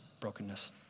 brokenness